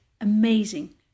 amazing